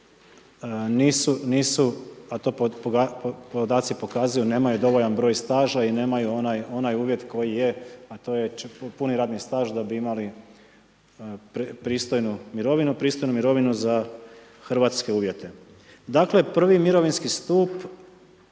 nisu a to podaci pokazuju, nemaju dovoljan broj staža i nemaju onaj uvjet koji je puni radni staž da bi imali pristojnu mirovinu za hrvatske uvjete. Dakle, prvi mirovinski stup